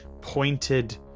pointed